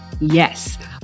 Yes